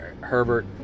Herbert